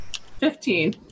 Fifteen